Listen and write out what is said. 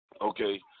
Okay